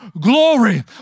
glory